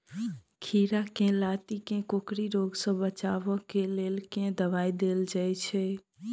खीरा केँ लाती केँ कोकरी रोग सऽ बचाब केँ लेल केँ दवाई देल जाय छैय?